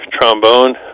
trombone